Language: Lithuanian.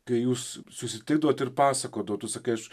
kai jūs susitikdavot ir pasakodavot tu sakai aš